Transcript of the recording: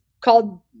called